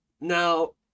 Now